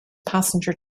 passenger